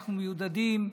אנחנו מיודדים.